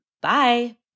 bye